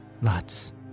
lots